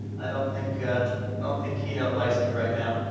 i don't think. i don't think keynote likes me right now.